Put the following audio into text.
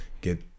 get